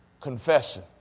Confession